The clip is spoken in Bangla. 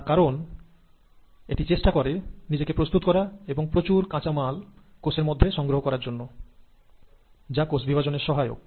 তার কারণ এটি চেষ্টা করে নিজেকে প্রস্তুত করা এবং প্রতিলিপিকরণ এর জন্য কোষে যথেষ্ট কাঁচামাল প্রস্তুত করার চেষ্টা করে যা কোষ বিভাজনের সহায়ক